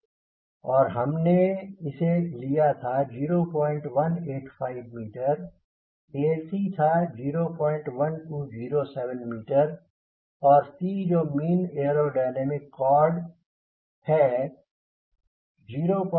हमने इसे लिया था 0185 मीटर ac था 01207 मीटर और c जो कि मीन एयरोडायनामिक कॉर्ड है 0279